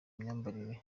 myambarire